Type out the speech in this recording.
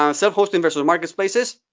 um self-hosting versus marketplaces,